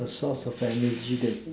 the source of energy that's